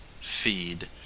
feed